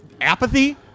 Apathy